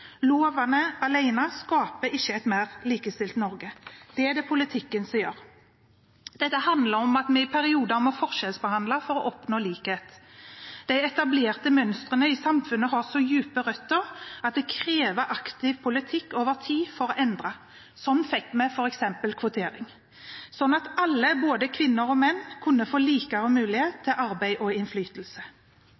Lovene alene skaper ikke et mer likestilt Norge; det er det politikken som gjør. Dette handler om at vi i perioder må forskjellsbehandle for å oppnå likhet. De etablerte mønstrene i samfunnet har så dype røtter at det krever aktiv politikk over tid for å endre. Slik fikk vi f.eks. kvotering, slik at alle, både kvinner og menn, kunne få likere